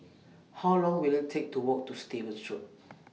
How Long Will IT Take to Walk to Stevens Road